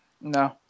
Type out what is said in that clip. No